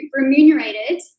remunerated